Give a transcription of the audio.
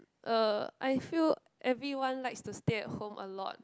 uh I feel everyone likes to stay at home a lot